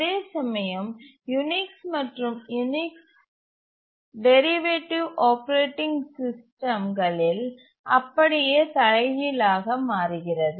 அதேசமயம் யூனிக்ஸ் மற்றும் Unix derivative operating system களில் அப்படியே தலைகீழ் ஆக மாறுகிறது